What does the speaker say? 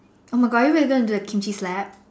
oh my God are you really gonna do the Kimchi slap